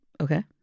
Okay